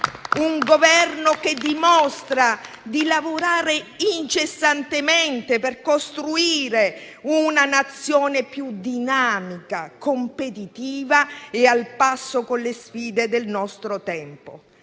un Governo che dimostra di lavorare incessantemente per costruire una Nazione più dinamica, competitiva e al passo con le sfide del nostro tempo,